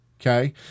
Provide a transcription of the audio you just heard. okay